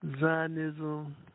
Zionism